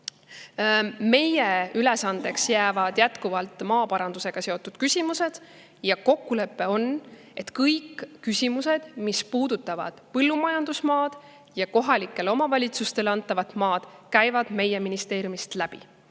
Meile jäävad jätkuvalt maaparandusega seotud ülesanded ja on kokkulepe, et kõik küsimused, mis puudutavad põllumajandusmaad ja kohalikele omavalitsustele antavat maad, käivad meie ministeeriumist läbi